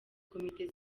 komite